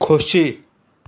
खोशी